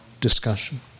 discussion